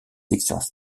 sections